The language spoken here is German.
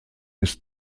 ist